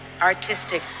artistic